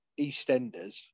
EastEnders